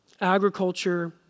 agriculture